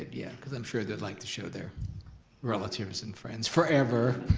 yeah. cause i'm sure they'd like to show their relatives and friends forever.